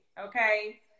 okay